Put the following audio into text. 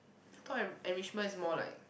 thought an enrichment is more like